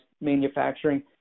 manufacturing